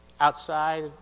outside